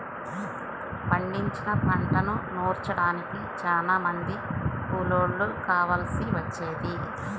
పండించిన పంటను నూర్చడానికి చానా మంది కూలోళ్ళు కావాల్సి వచ్చేది